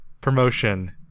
promotion